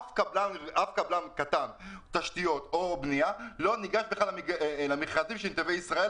אף קבלן תשתיות או בנייה קטן לא ניגש בכלל למכרזים של נתיבי ישראל,